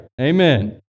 Amen